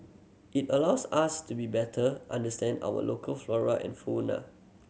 it allows us to be better understand our local flora and fauna